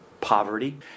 poverty